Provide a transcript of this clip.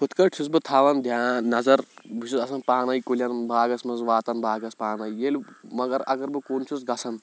ہُتھ کٲٹھۍ چھُس بہٕ تھَوان دھیان نظر بہٕ چھُس آسان پانَے کُلٮ۪ن باغس منٛز واتان باغس پانَے ییٚلہِ مگر اگر بہٕ کُن چھُس گژھان